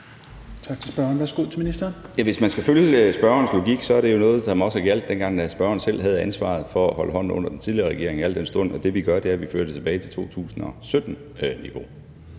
21:25 Skatteministeren (Morten Bødskov): Hvis man skal følge spørgerens logik, er det noget, som også gjaldt, dengang spørgeren selv havde ansvaret for at holde hånden under den tidligere regering, al den stund at det, vi gør, er, at vi fører det tilbage til 2017-niveau.